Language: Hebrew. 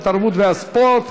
התרבות והספורט